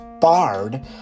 barred